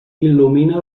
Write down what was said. il·lumina